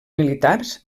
militars